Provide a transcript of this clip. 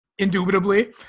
indubitably